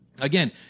Again